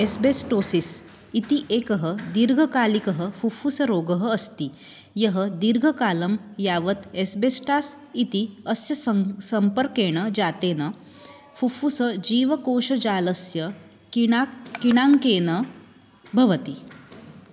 asbestosis इति एकः दीर्घकालिकः फुफ्फु सरोगः अस्ति यः दीर्घकालं यावत् एस्बेस्टास् इति अस्य सङ् संपर्केण जातेन फुफ्फुस जीवकोशजालस्य किणाक् किणाङ्केन भवति